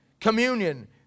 Communion